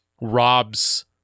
robs